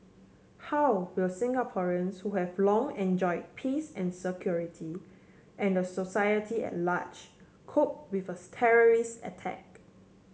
how will Singaporeans who have long enjoy peace and security and the society at large cope with a terrorist attack